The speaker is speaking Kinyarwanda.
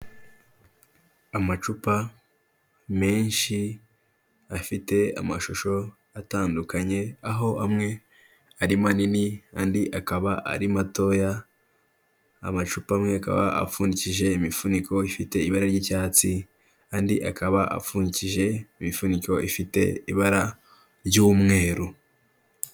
Amacupa menshi, afite amashusho atandukanye, aho amwe ari manini andi akaba ari matoya, amacupa amwe akaba apfundiki imifuniko ifite ibara ry'icyatsi, andi akaba apfundikije imifuniko ifite ibara ry'umweru.